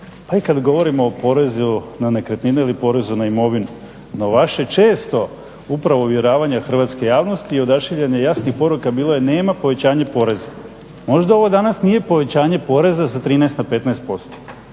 pa i kada govorimo o porezu na nekretnine ili porezu na imovinu. No vaša često upravo uvjeravanja hrvatske javnosti i odašiljanje jasnih poruka bilo je nema povećanje poreza. Možda ovo danas nije povećanje poreza za 13 na 15%